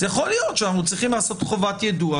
יכול להיות שאנחנו צריכים לעשות חובת יידוע.